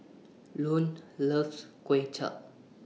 Lone loves Kuay Chap